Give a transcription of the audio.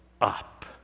up